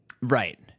Right